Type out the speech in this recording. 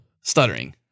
stuttering